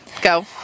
Go